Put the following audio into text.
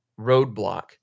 roadblock